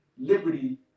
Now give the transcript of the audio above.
liberty